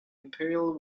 imperial